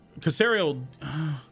Casario